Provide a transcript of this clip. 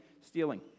stealing